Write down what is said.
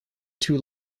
two